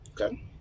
Okay